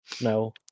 No